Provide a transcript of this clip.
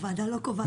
הוועדה לא קובעת.